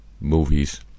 movies